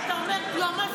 אתה אומר "יועמ"שית"?